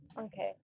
Okay